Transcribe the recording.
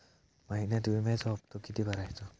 महिन्यात विम्याचो हप्तो किती भरायचो?